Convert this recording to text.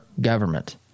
government